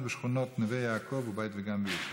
בשכונות נווה יעקב ובית וגן בירושלים.